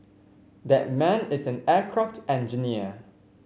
that man is an aircraft engineer